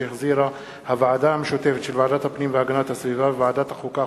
שהחזירה הוועדה המשותפת של ועדת הפנים והגנת הסביבה וועדת החוקה,